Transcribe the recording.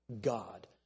God